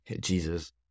Jesus